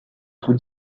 trop